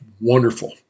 wonderful